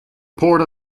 port